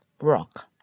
Rock